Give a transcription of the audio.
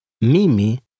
Mimi